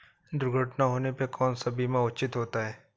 दुर्घटना होने पर कौन सा बीमा उचित होता है?